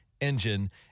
engine